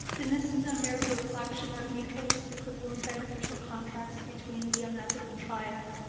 then this is america reflection of mutual reciprocal and beneficial contracts between the unethical triad.